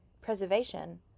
preservation